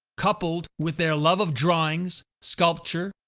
coupled with their love of drawings, sculpture,